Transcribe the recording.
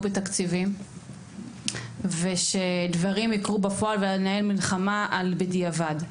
בתקציבים ושדברים יקרו בפועל ואז לנהל מלחמה על בדיעבד.